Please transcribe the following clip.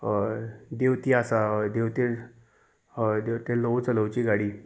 हय देवती आसा हय देंवते हय देंवते ल्हव चलोवची गाडी